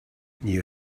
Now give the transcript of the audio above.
you